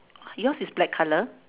yours is black colour